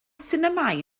sinemâu